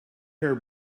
her